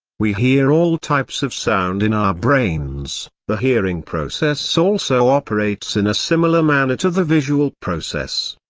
we hear all types of sound in our brains the hearing process also operates in a similar manner to the visual process.